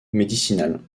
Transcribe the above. médicinales